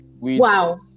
Wow